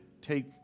take